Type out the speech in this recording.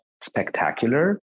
spectacular